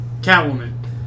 Catwoman